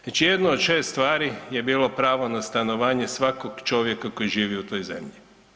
Znači jedno od 6 stvari je bilo pravo na stanovanje svakog čovjeka koji živi u toj zemlji.